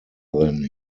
than